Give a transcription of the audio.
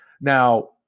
Now